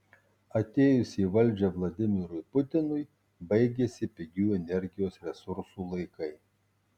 atėjus į valdžią vladimirui putinui baigėsi pigių energijos resursų laikai